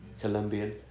Colombian